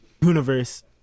universe